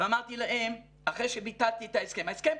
ואמרתי להם אחרי שביטלתי את ההסכם,